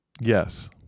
Yes